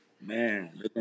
Man